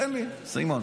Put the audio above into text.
תן לי, סימון.